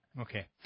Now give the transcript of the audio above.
Okay